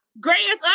Greatest